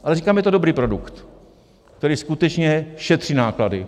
Ale říkám, že je to dobrý produkt, který skutečně šetří náklady.